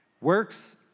Works